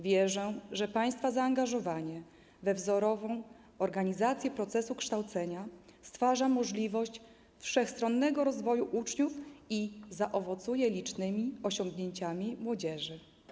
Wierzę, że państwa zaangażowanie we wzorową organizację procesu kształcenia stwarza możliwość wszechstronnego rozwoju uczniów i zaowocuje licznymi osiągnięciami młodzieży.